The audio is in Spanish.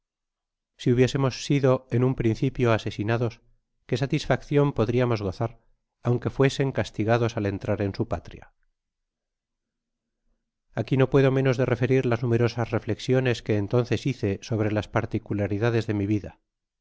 si hubiesemos sido en un principio asesinados qué satisfaccion podriamos gozar aunque fuesen castigados al entrar en su patria content from google book search generated at aquí no puedo menos de referir las numerosas reflexiones que entonces hice sobre las particularidades de mi vida